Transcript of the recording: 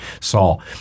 Saul